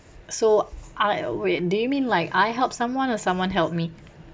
so I wait do you mean like I helped someone or someone helped me